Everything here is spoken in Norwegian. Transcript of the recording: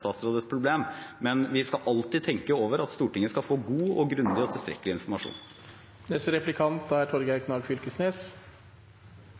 statsråd et problem. Men vi skal alltid tenke over at Stortinget skal få god, grundig og tilstrekkelig informasjon.